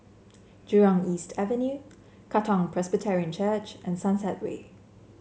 Jurong East Avenue Katong Presbyterian Church and Sunset Way